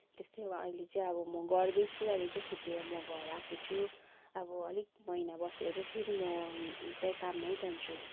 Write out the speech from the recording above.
त्यस्तै हो अहिले चाहिँ अब म गर्दैछु अहिले चाहिँ छुट्टीमा म घर आाएको छु अब अलिक महिना बसेर चाहिँ फेरि म उतै काममै जान्छु